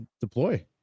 deploy